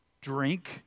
drink